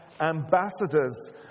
ambassadors